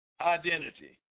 identity